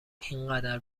اینقدر